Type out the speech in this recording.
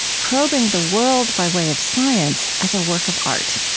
probing the world, by way of science, as a work of art.